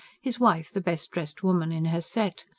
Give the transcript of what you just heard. his wife the best-dressed woman in her set?